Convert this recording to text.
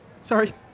Sorry